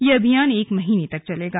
यह अभियान एक महीने तक चलेगा